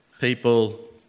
people